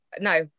No